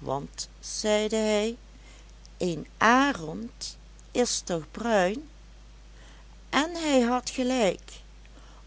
want zeide hij een arend is toch bruin en hij had gelijk